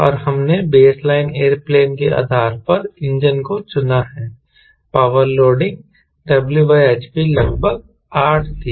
और हमने baseline airplane के आधार पर इंजन को चुना है पावर लोडिंग Whp लगभग 8 थी